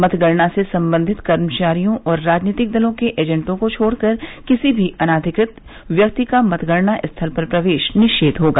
मतगणना से संबंधित कर्मचारियों और राजनीतिक दलों के एजेंटों को छोड़कर किसी भी अनधिकृत व्यक्ति का मतगणना स्थल पर प्रवेश निषेध होगा